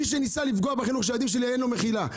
מי שניסה לפגוע בחינוך של הילדים שלי אין לו מחילה.